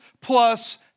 plus